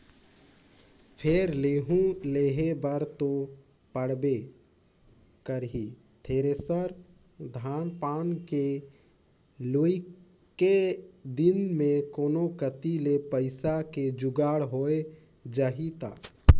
फेर लेहूं लेहे बर तो पड़बे करही थेरेसर, धान पान के लुए के दिन मे कोनो कति ले पइसा के जुगाड़ होए जाही त